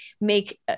make